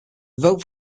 vote